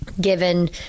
given